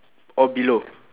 or below